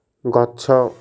ଗଛ